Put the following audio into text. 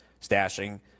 stashing